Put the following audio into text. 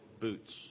boots